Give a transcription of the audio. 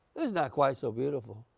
is not quite so beautiful.